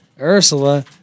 Ursula